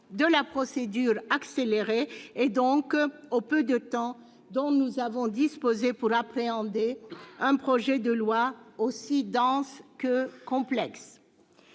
de la procédure accélérée et donc au peu de temps dont nous avons disposé pour appréhender un projet de loi aussi dense que complexe.